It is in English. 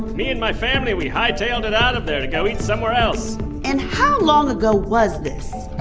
me and my family we high-tailed it out of there to go eat somewhere else and how long ago was this?